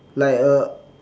like uh